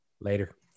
Later